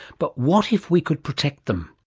but what if we could protect them?